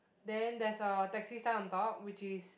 then there's a taxi sign on top which is